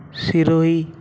Sirohi